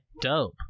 Dope